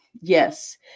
Yes